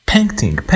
Painting